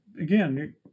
again